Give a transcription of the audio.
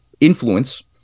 influence